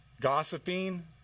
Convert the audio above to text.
gossiping